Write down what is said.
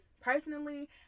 personally